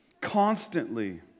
constantly